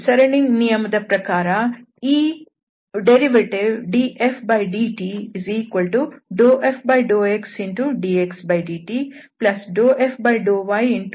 ಸರಣಿ ನಿಯಮ ದ ಪ್ರಕಾರ ಈ ಉತ್ಪನ್ನವು dfdt∂f∂xdxdt∂f∂ydydt∂f∂zdzdt ಆಗಿದೆ